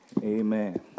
Amen